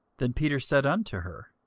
then peter said unto her,